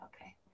Okay